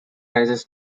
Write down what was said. rises